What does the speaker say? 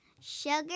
sugar